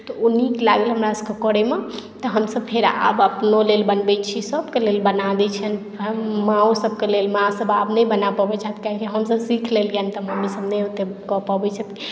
तऽ ओ नीक लागल हमरासभकेँ करयमे तऽ हमसभ फेर आब अपनो लेल बनबैत छी सभकेँ लेल बना दैत छियनि हम माँओ सभके लेल माँसभ आब नहि बना पबैत छथि कियाकि हमसभ सीख लेलियनि तऽ मम्मीसभ नहि ओतेक कऽ पबैत छथिन